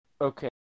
Okay